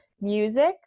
music